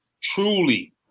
truly